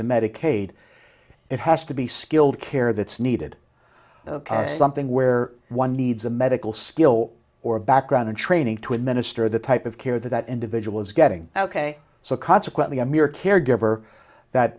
to medicaid it has to be skilled care that's needed something where one needs a medical skill or background training to administer the type of care that that individual is getting ok so consequently a mere caregiver that